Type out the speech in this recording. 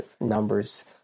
numbers